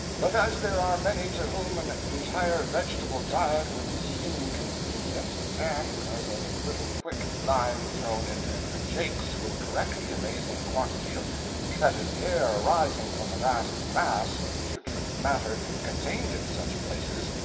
but as there are many to whom an entire vegetable diet would be inconvenient, and as a little quick lime thrown into a jakes will correct the amazing quantity of fetid air arising from the vast mass of putrid matter contained in such places,